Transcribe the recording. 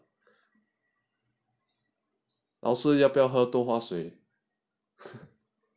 老师要不要喝豆花水